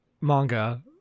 manga